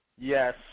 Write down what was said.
Yes